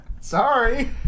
Sorry